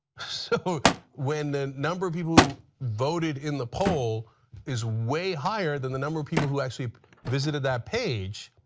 so when the number of people who voted in the poll is way harder higher than the number of people who actually visited that page,